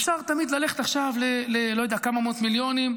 אפשר תמיד ללכת עכשיו לכמה מאות מיליונים,